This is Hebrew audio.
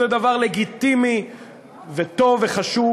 זה דבר לגיטימי וטוב וחשוב